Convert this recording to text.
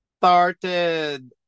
started